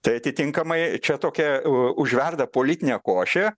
tai atitinkamai čia tokia užverda politinė košė